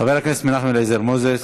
חבר הכנסת מנחם אליעזר מוזס.